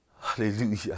Hallelujah